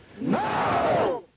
no